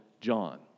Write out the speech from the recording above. John